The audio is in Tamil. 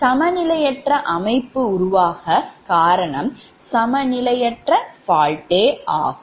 சமநிலையற்ற அமைப்பு உருவாக காரணம் சமநிலையற்ற fault ஆகும்